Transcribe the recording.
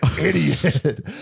idiot